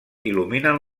il·luminen